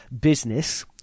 business